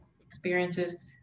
experiences